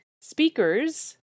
Speakers